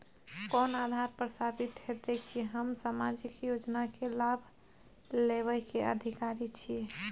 कोन आधार पर साबित हेते की हम सामाजिक योजना के लाभ लेबे के अधिकारी छिये?